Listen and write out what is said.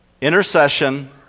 intercession